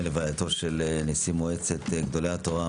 להלווייתו של נשיא מועצת גדולי התורה,